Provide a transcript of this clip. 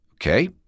Okay